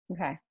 Okay